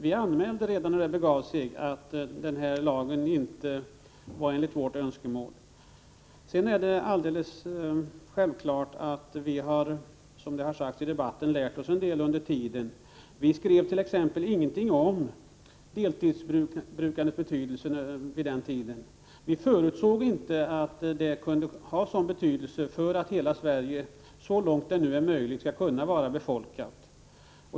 Vi anmälde som sagt redan när det begav sig att lagen inte motsvarade våra önskemål. Det är självklart, som det har sagts i debatten, att vi har lärt oss en del under tiden. Vi skrev t.ex. ingenting om deltidsbrukandets betydelse. Vi förutsåg inte att det kunde ha sådan betydelse för att hela Sverige så långt det nu är möjligt skall kunna vara befolkat.